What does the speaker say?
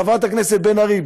חברת הכנסת בן ארי,